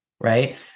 right